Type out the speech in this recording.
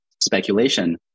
speculation